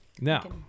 now